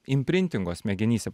imprintingo smegenyse